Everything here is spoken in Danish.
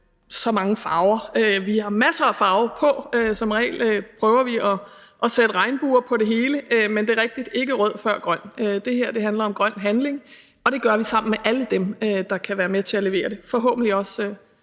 så mange farver. Vi har masser af farve på, som regel prøver vi at sætte regnbuer på det hele, men det er rigtigt, at det ikke er rød før grøn. Det her handler om grøn handling, og det gør vi sammen med alle dem, der kan være med til at levere det, forhåbentlig også